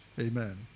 Amen